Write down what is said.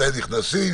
מתי נכנסים,